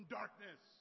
darkness